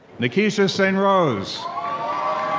nekesha st. rose